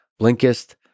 Blinkist